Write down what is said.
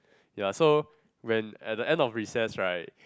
ya so when at the end of recess right